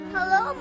Hello